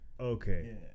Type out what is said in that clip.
Okay